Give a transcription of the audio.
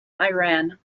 iran